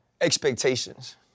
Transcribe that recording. expectations